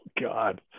God